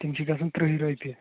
تِم چھِ گژھان ترٛٛہہِ رۄپیہِ